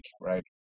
right